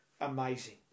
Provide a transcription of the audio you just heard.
Amazing